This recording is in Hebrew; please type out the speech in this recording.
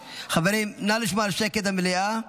חברים, נא לשמור על שקט במליאה.